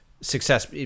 success